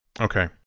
Okay